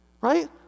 Right